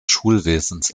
schulwesens